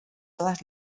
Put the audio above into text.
todas